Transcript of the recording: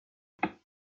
mais